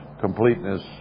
completeness